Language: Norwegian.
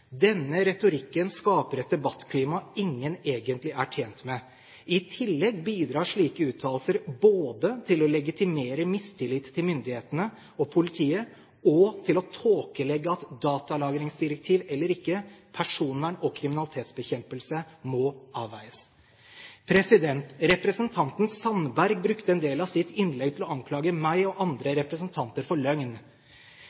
Denne retorikken skaper et debattklima som ingen egentlig er tjent med. I tillegg bidrar slike uttalelser både til å legitimere mistillit til myndighetene og politiet og til å tåkelegge at – datalagringsdirektiv eller ikke – personvern og kriminalitetsbekjempelse må avveies mot hverandre. Representanten Sandberg brukte en del av sitt innlegg til å anklage undertegnede og andre